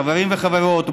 חברים וחברות,